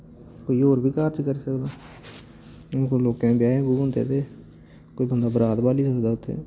कोई होर बी घर च करी सकदा हून कोई लोकें दे ब्याह् ब्यूह् होंदे ते कोई बंदा बरात ब्हाली सकदा उत्थै